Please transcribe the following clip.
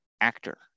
actor